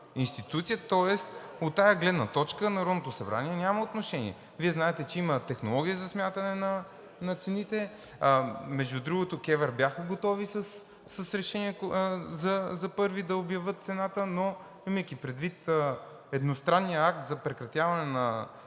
тоест от тази гледна точка Народното събрание няма отношение. Вие знаете, че има технология за смятане на цените, а между другото, КЕВР бяха готови с решение за 1-ви да обявят цената, но имайки предвид едностранния акт за прекратяване на